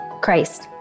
Christ